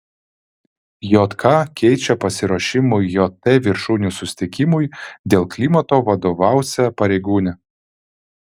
jk keičia pasiruošimui jt viršūnių susitikimui dėl klimato vadovausią pareigūnę